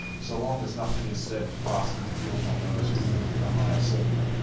so long as nothing is said to fasten the guilt on those who move in a higher circle.